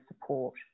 support